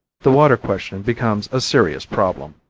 the water question becomes a serious problem.